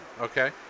Okay